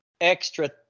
extra